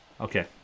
Okay